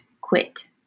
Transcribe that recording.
quit